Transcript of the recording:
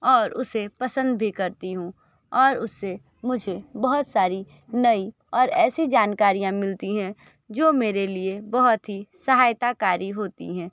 और उसे पसंद भी करती हूँ और उससे मुझे बहुत सारी नई और ऐसी जानकारियाँ मिलती हैं जो मेरे लिए बहुत ही सहायताकारी होती हैं